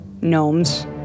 Gnomes